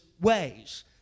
ways